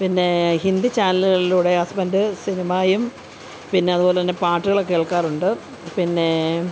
പിന്നെ ഹിന്ദി ചാനലുകളിലൂടെ ഹസ്ബൻഡ് സിനിമയും പിന്നെ അതുപോലെ തന്നെ പാട്ടുകൾ കേൾക്കാറുണ്ട് പിന്നെ